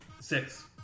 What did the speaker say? Six